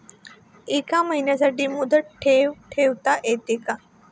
एका महिन्यासाठी मुदत ठेव ठेवता येते का?